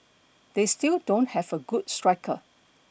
they still don't have a good striker